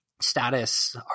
status